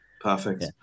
Perfect